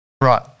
Right